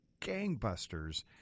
gangbusters